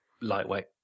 lightweight